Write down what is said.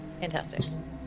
Fantastic